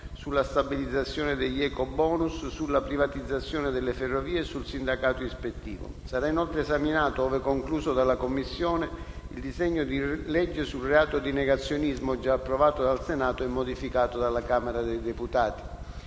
sulla stabilizzazione degli *ecobonus*, sulla privatizzazione delle ferrovie e sul sindacato ispettivo. Sarà inoltre esaminato, ove concluso dalla Commissione, il disegno di legge sul reato di negazionismo, già approvato dal Senato e modificato dalla Camera dei deputati.